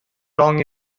long